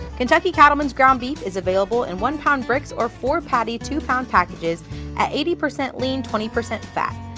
kentucky cattlemen's ground beef is available in one lb. bricks or four patty, two lb. packages at eighty percent lean, twenty percent fat.